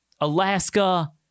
Alaska